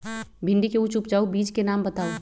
भिंडी के उच्च उपजाऊ बीज के नाम बताऊ?